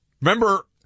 Remember